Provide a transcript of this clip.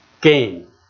gain